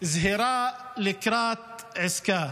זהירה לקראת עסקה.